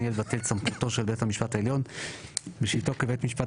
יהיה לבטל את סמכותו של בית המשפט העליון בשבתו כבית משפט